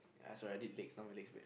ya sorry I did legs now my legs weird